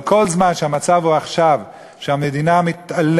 אבל כל זמן שהמצב הוא שהמדינה מתעלמת